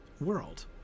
world